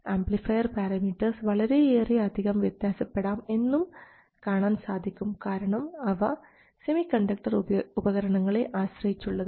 amplifier parameters വളരെയേറെ അധികം വ്യത്യാസപ്പെടാം എന്നും കാണാൻ സാധിക്കും കാരണം അവ സെമികണ്ടക്ടർ ഉപകരണങ്ങളെ ആശ്രയിച്ചുള്ളതാണ്